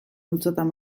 multzotan